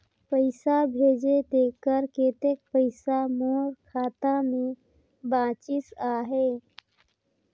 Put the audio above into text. पइसा भेजे तेकर कतेक पइसा मोर खाता मे बाचिस आहाय?